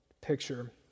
picture